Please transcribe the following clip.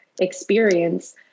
experience